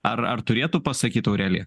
ar ar turėtų pasakyt aurelija